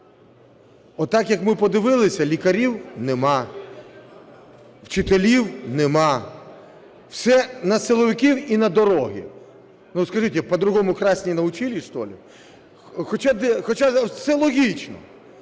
Отак, як ми подивилися: лікарів нема, вчителів нема, все – на силовиків і на дороги. Ну, скажите, по-другому красть не научились, что ли? Хоча все логічно: